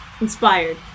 Inspired